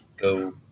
go